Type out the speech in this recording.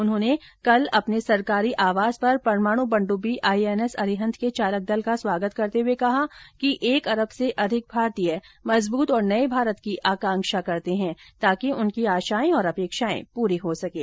उन्होंने कल अपने सरकारी आवास पर परमाणु पनडुब्बी आईएनएस अरिहंत के चालक दल का स्वागत करते हुए कहा कि एक अरब से अधिक भारतीय मजबूत और नए भारत की आकांक्षा करते हैं ताकि उनकी आशाएं और अपेक्षाएं पूरी हो सकें